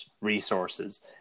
resources